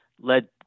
led